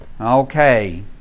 Okay